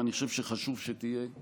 ואני חושב שחשוב שתהיה לכם,